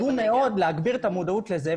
כל הדברים האלה עזרו מאוד להגביר את המודעות לזה.